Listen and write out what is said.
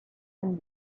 and